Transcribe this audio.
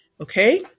Okay